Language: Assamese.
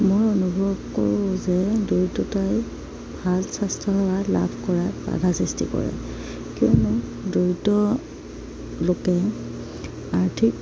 মই অনুভৱ কৰোঁ যে দৰিদ্ৰতাই ভাল স্বাস্থ্যসেৱা লাভ কৰাত বাধাৰ সৃষ্টি কৰে কিয়নো দৰিদ্ৰ লোকে আৰ্থিক